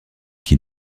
qui